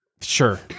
Sure